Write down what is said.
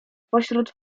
pośród